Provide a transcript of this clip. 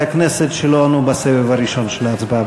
הכנסת שלא ענו בסבב הראשון של ההצבעה.